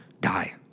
die